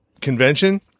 convention